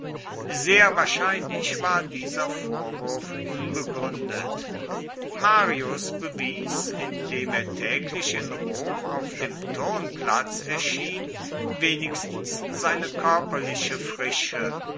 sehr wahrscheinlich war dieser vorwurf unbegründet marius bewies indem er täglich in rom auf dem turnplatz erschien wenigstens seine körperliche frische